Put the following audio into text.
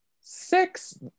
Six